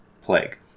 Plague